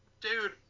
dude